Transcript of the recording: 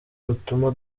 rutuma